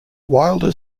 wilder